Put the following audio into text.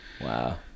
Wow